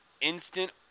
instant